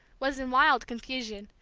was in wild confusion,